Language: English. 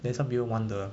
then some people want the